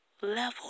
level